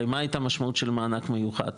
כי הרי מה הייתה המשמעות של מענק מיוחד?